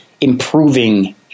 improving